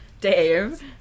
Dave